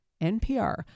NPR